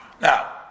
Now